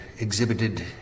exhibited